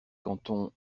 cantons